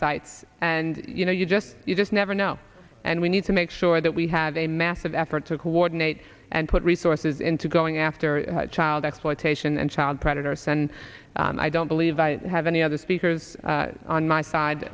sites and you know you just you just never know and we need to make sure that we have a massive effort to coordinate and put resources into going after child exploitation and child predators and i don't believe i have any other speakers on my side